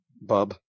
Bub